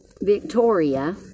Victoria